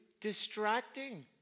distracting